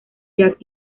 jack